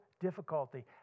difficulty